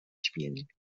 spielen